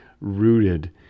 rooted